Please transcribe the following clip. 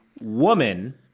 woman